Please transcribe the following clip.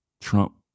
Trump